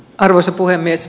arvoisa puhemies